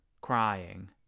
crying